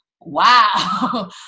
wow